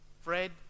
Fred